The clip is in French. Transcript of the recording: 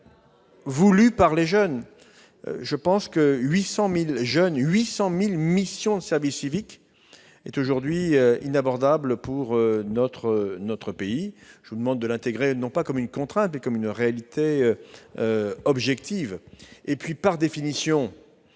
désiré par les jeunes. À mon sens, cet objectif de 800 000 missions de service civique est aujourd'hui inabordable pour notre pays. Je vous demande de l'intégrer non pas comme une contrainte, mais comme une réalité objective. Par définition,